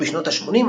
בשנות ה-80,